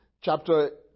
chapter